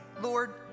Lord